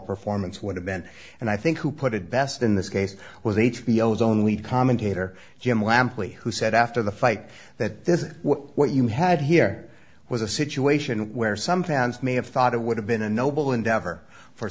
performance would have been and i think who put it best in this case with h b o was only commentator jim lampley who said after the fight that this is what you had here was a situation where some fans may have thought it would have been a noble endeavor for